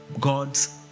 God's